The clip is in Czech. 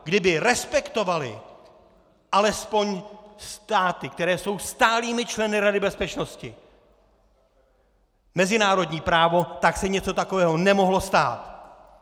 Kdyby respektovaly alespoň státy, které jsou stálými členy Rady bezpečnosti, mezinárodní právo, tak se něco takového nemohlo stát!